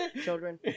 Children